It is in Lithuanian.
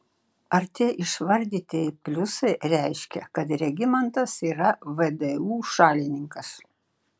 ar tie išvardytieji pliusai reiškia kad regimantas yra vdu šalininkas